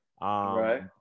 Right